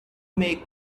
make